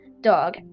dog